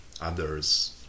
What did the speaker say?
others